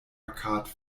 arcade